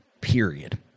Period